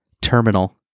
terminal